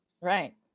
Right